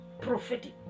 prophetic